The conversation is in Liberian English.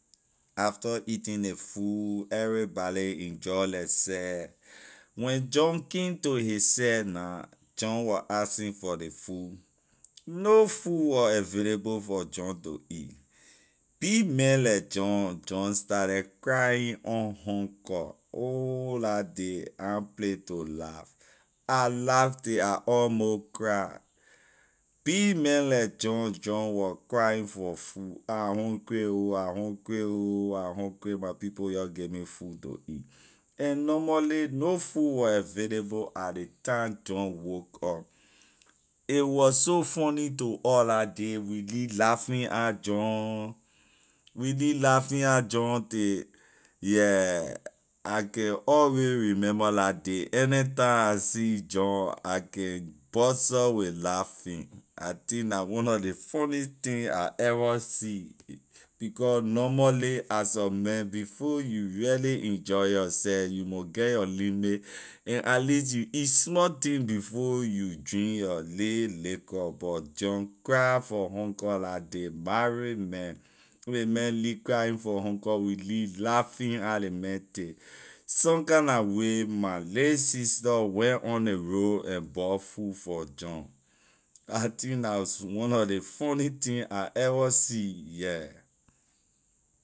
After eating ley food everybody enjoy lehseh when john came to hisseh na john was asking for ley food no food was available for john to eat big man leh john, john started crying on hunger ohh la day I play to laugh I laugh till I almost crying man like john, john was crying for food I hungry ho I hungry ho I hungry my people your give me food to eat and normally no food wor available at ley time john woke up a wor so funny to us la day we lee laughing at john we lee laughing at john till yeah I can alway remember la day anytime I see john I can burst out with laughing I think la one nor ley funny thing I ever see becor normally as a man before you really enjoy yourseh you mon get your limit and at least you eat small thing before you drink your lay liquor but john cry for hunger la day marry man ley man lee crying for hunger we lee laughing at ley man till some kind na way my lay sister went on ley road and bought food for john I think la one nor ley funny thing I ever see yeah.